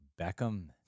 Beckham